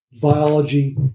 biology